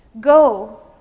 Go